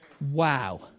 Wow